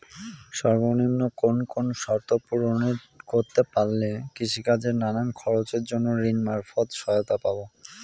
সর্বনিম্ন কোন কোন শর্ত পূরণ করতে পারলে কৃষিকাজের নানান খরচের জন্য ঋণ মারফত সহায়তা পাব?